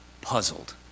puzzled